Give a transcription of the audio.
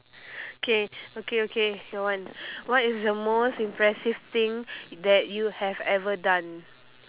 okay okay okay your one what is the most impressive thing that you have ever done